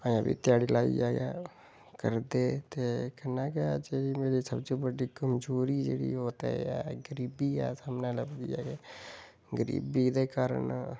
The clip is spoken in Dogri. अजें बी घ्याड़ी लाइयै गै करदे ते कन्नै गै जेह्ड़ी मेरी सब च बड्डी कमजोरी जेह्ड़ी ओह् ते एह् ऐ गरीबी ऐ सामनै लभदी ऐ गरीबी दे कारण